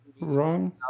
wrong